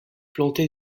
planté